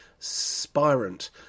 Spirant